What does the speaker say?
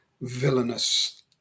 villainous